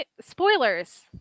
Spoilers